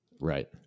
Right